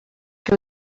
que